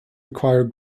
require